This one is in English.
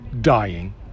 dying